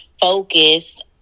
focused